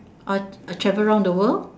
I I travel around the world